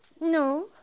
No